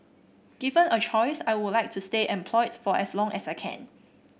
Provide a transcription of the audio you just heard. given a choice I would like to stay employed for as long as I can